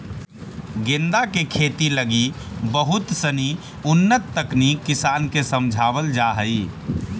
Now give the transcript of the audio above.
गेंदा के खेती लगी बहुत सनी उन्नत तकनीक किसान के समझावल जा हइ